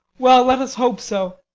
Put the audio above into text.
well, let us hope so.